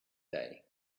day